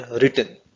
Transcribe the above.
written